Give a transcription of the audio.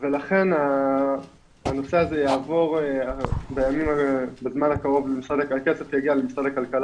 ולכן הנושא הזה יעבור בזמן הקרוב למשרד הכלכלה,